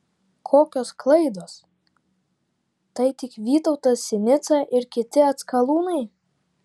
kokios klaidos tai tik vytautas sinica ir kiti atskalūnai